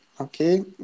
Okay